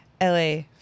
LA